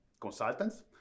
consultants